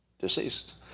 Deceased